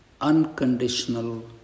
unconditional